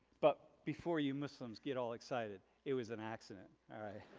but before you muslims get all excited, it was an accident. alright.